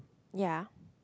ya